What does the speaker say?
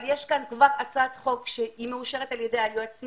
אבל יש כאן כבר הצעת חוק שהיא מאושרת על ידי היועצים